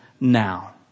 now